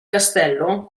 castello